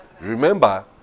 Remember